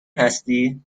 هستی